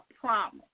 Promise